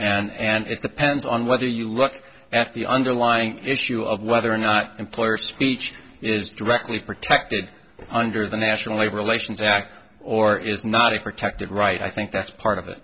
garment and it depends on whether you look at the underlying issue of whether or not employer speech is directly protected under the national labor relations act or is not a protected right i think that's part of